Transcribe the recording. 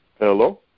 Hello